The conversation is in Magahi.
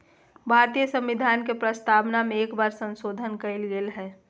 भारतीय संविधान के प्रस्तावना में एक बार संशोधन कइल गेले हइ